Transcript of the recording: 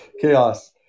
chaos